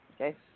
okay